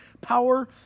power